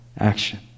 action